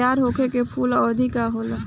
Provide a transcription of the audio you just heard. तैयार होखे के कूल अवधि का होला?